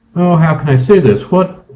how can i say this, what